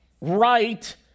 right